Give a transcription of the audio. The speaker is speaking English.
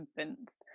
infants